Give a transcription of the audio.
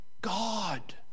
God